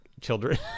children